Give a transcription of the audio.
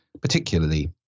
particularly